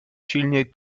silniej